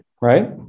Right